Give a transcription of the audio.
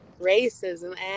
racism